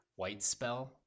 Whitespell